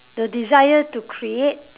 the desire to create